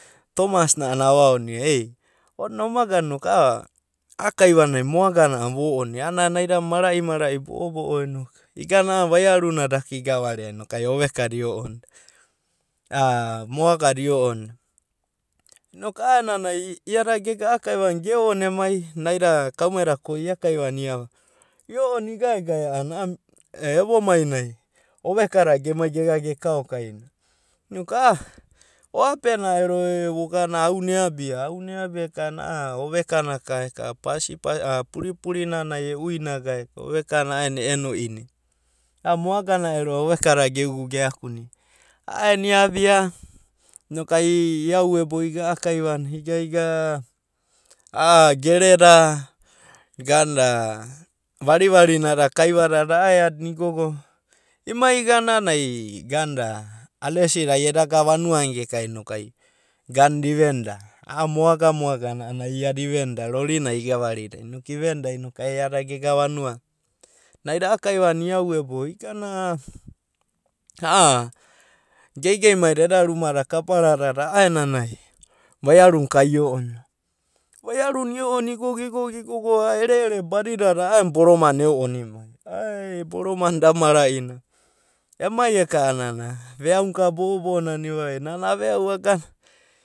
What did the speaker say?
Tomas na a'ana avaonoa e ona omagana inok a'akaiva nai moagana a'ana vo'onia, a'ana naida mara'i mara'i bo'obo'o inok igana a'ana vairuna daka igavaria inokai ovekada io'onida, ah moagada io'onida inok a'aenanai iada gega a'akaivanai geo'ona emai naida kaumai koi iakaivanai iava io'ona igaegae a'ana a'a evomainai ovekada gemai gegana gekaokaina. Inok a'a oape na ero egana auna e eabia, auna eabia eka'ana a'a ovekana ka eka pasipasi, a puripurinanai e uinagae eka ovekana a'aenanai e eno ini ana moagana ero ovekada geakuna. A'aena iabia inok ai iauebo iga a'akaivanai iga iga a'a gereda varivarinada kaivadadai a'aeadina igogo imai igana a'anai alesi da ai eda ga vanuana geka inok ai ivenda, a'a moago moagana a'anai iada ivenda. Rorinai igavarida inok ivenda inok ai iada gega vanuana. Naida a'a kaivanai iauebo igana a'a geigeimaida eda rumada kaparadada a'aenanai vaiaruna ka io'ona. Vaiaruna io'ona igogo igogo a'a ere'ereda badidada a'aen boromaina eo'onimai. Ae boromana da mara'i ema eka'ana veauna ka bo'obo'o nana ivavaia, nana aveau aga.